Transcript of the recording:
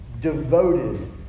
Devoted